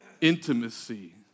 intimacy